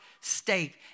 state